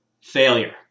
Failure